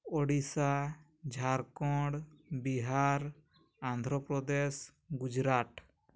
Odisha Jharkhand Bihar Andhra Pradesh Gujarat